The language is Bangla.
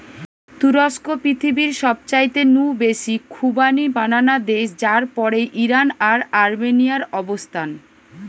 তুরস্ক পৃথিবীর সবচাইতে নু বেশি খোবানি বানানা দেশ যার পরেই ইরান আর আর্মেনিয়ার অবস্থান